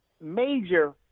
major